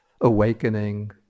awakening